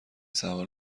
سوار